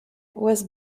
was